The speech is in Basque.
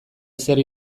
ezer